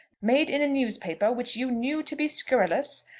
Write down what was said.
made in a newspaper which you knew to be scurrilous,